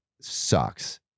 sucks